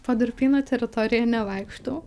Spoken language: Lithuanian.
po durpyno teritoriją nevaikštau